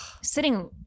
sitting